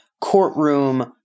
courtroom